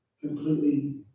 completely